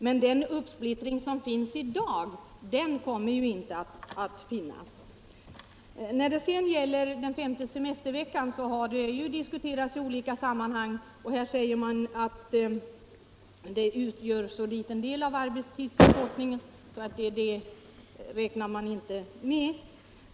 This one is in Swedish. Men den uppsplittring som finns i dag kommer inte att finnas. Frågan om den femte semesterveckan har diskuterats i olika sammanhang. Här har sagts att den utgör så liten del av arbetstidsförkortningen att man inte räknar med den.